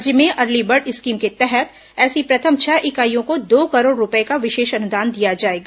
राज्य में early bird scheme के तहत ऐसी प्रथम छह इकाईयों को दो करोड़ रूपये का विशेष अनुदान दिया जाएगा